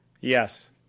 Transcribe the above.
yes